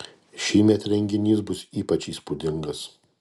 šįmet renginys bus ypač įspūdingas